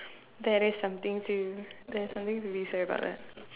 that is something to that is something to be sorry about that